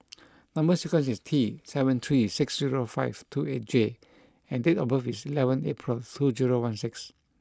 number sequence is T seven three six zero five two eight J and date of birth is eleventh April two zero one six